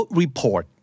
report